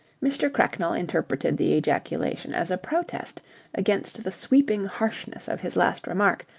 mr. cracknell interpreted the ejaculation as a protest against the sweeping harshness of his last remark,